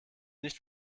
nicht